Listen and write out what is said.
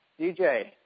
DJ